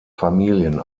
familien